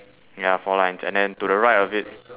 ya four lines and then to the right of it